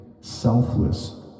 selfless